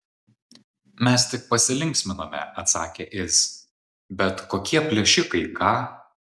mes tik pasilinksminome atsakė iz bet kokie plėšikai ką